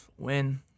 Win